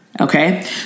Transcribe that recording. Okay